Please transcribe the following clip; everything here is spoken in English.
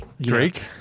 Drake